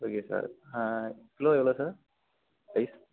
okay sir ஆ kilo எவ்வளோ sir rice